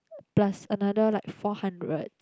plus another like four hundred